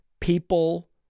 people